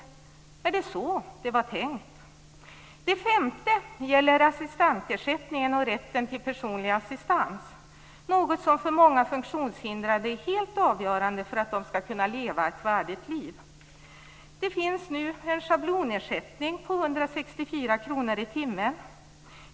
Var det så det var tänkt? Det femte gäller assistansersättningen och rätten till personlig assistans, något som för många funktionshindrade är helt avgörande för att de skall kunna leva ett värdigt liv. Det finns nu en schablonersättning på 164 kr i timmen.